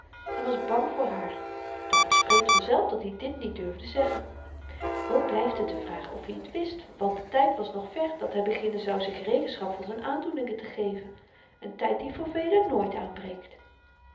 hy was bang voor haar doch t spreekt vanzelf dat-i dit niet durfde zeggen ook blyft het de vraag of-i t wist want de tyd was nog ver dat hy beginnen zou zich rekenschap van z'n aandoeningen te geven een tyd die voor velen nooit aanbreekt